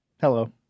hello